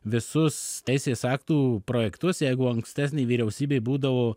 visus teisės aktų projektus jeigu ankstesnėj vyriausybėj būdavo